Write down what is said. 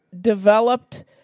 developed